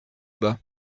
bas